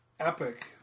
epic